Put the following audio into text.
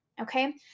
okay